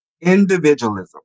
Individualism